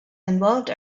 involved